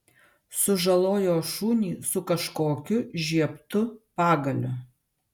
sužalojo šunį su kažkokiu žiebtu pagaliu